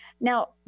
Now